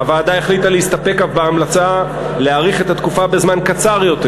הוועדה החליטה להסתפק אף בהמלצה להאריך את התקופה בזמן קצר יותר,